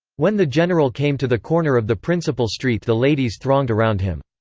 when the general came to the corner of the principal street the ladies thronged around him.